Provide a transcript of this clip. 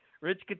Rich